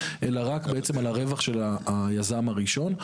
אלא רק בעצם על הרווח של היזם הראשון.